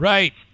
Right